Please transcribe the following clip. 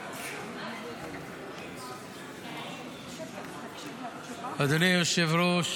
אדוני היושב-ראש,